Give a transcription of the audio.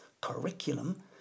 curriculum